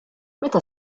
meta